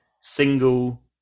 single